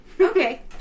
Okay